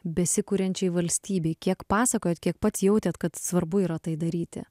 besikuriančiai valstybei kiek pasakojot kiek pats jautėt kad svarbu yra tai daryti